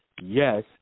yes